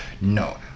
No